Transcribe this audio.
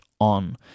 on